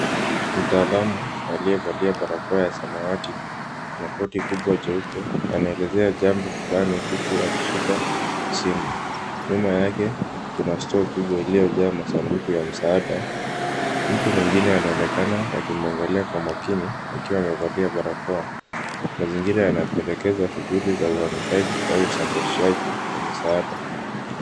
Mtaalamu aliyevalia barakoa ya samawati na koti kubwa jeupe, anaelezea jambo fulani huku akishika simu. Nyuma yake kuna store kubwa iliyojaa masanduku ya misaada. Mtu mwingine anaonekana akimwangalia kwa makini, akiwa amevalia barakoa. Mazingira yanapendekeza shughuli za uamishaji au usafirishaji wa misaada.